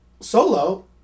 solo